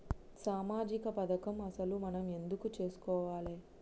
సామాజిక పథకం అసలు మనం ఎందుకు చేస్కోవాలే?